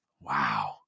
Wow